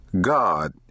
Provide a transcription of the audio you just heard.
God